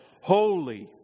Holy